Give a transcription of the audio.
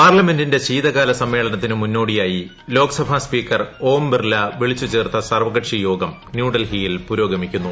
പാർലമെന്റിന്റെ ശീതകാലസമ്മേളനത്തിന് മുന്നോടിയായി ലോക്സഭാ സ്പീക്കർ ഓം ബിർല വിളിച്ചു ചേർത്ത സർവ്വക്ഷിയോഗം ന്യൂഡൽഹിയിൽ പുരോഗമിക്കുന്നു